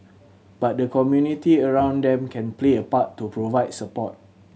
but the community around them can play a part to provide support